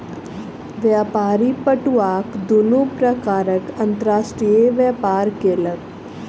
व्यापारी पटुआक दुनू प्रकारक अंतर्राष्ट्रीय व्यापार केलक